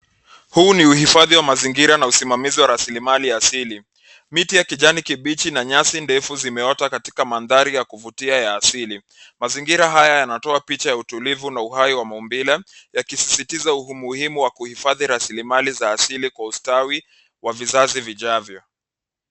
Huu ni uhifadhi wa mazingira na usimamizi wa rasilimali ya asili. Miti ya kijani kibichi na nyasi ndefu zimeota katika mandhari ya kuvutia ya asili. Mazingira haya yanatoa picha ya utulivu na uhai wa maumbile, yakisisitiza umuhimu wa kuhifadhi rasilimali za asili kwa ustawi wa visasi vijaavyo.